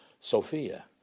Sophia